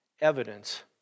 evidence